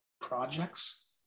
projects